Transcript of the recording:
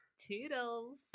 Toodles